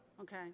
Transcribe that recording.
okay